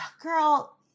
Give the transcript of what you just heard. girl